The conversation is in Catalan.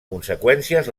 conseqüències